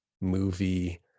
movie